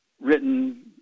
written